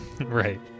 Right